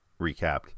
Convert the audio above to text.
recapped